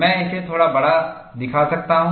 मैं इसे थोड़ा बड़ा दिखा सकता हूं